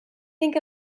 think